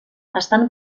estan